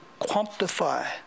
quantify